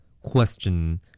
Question